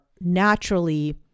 naturally